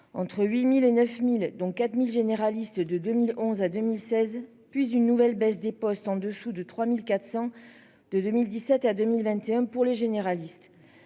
entre 8000 et 9000 dont 4000 généralistes, de 2011 à 2016 puis une nouvelle baisse des postes en dessous de 3400 de 2017 à 2021 pour les généralistes.